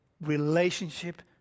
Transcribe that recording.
relationship